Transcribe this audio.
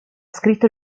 scritto